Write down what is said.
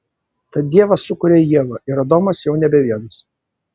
tad dievas sukuria ievą ir adomas jau nebe vienas